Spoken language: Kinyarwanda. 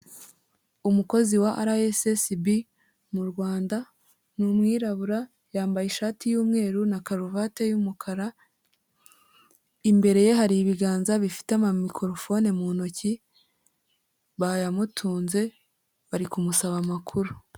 Umukozi wa RSSB mu Rwanda ni umwirabura yambaye ishati y'umweru na karuvate y'umukara, imbere ye hari ibiganza bifite amamikorofone mu ntoki, bayamutunze bari kumusaba amakuru.